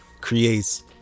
creates